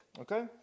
okay